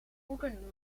boeken